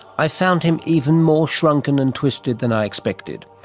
i found him even more shrunken and twisted than i expected.